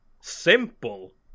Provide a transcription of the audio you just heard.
simple